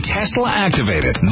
Tesla-activated